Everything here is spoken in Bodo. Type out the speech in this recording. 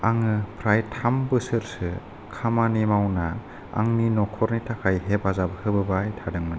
आङो प्राय थाम बोसोरसो खामानि मावना आंनि नखरनि थाखाय हेफाजाब होबोबाय थादोंमोन